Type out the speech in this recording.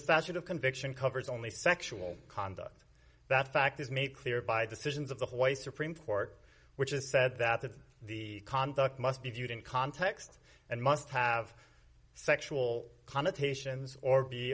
statute of conviction covers only sexual conduct that fact is made clear by decisions of the hallway supreme court which is said that that the conduct must be viewed in context and must have sexual connotations or be